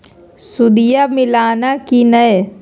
सुदिया मिलाना की नय?